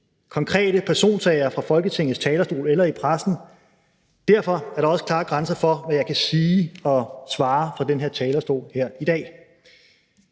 konkrete personsager fra Folketingets talerstol eller i pressen. Derfor er der også klare grænser for, hvad jeg kan sige og svare fra talerstolen her i dag.